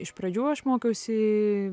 iš pradžių aš mokiausi